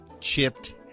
chipped